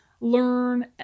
learn